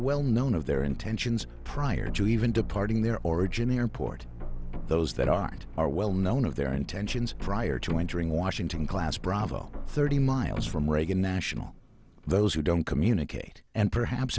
well known of their intentions prior to even departing their origin airport those that aren't are well known of their intentions prior to entering washington class bravo thirty miles from reagan national those who don't communicate and perhaps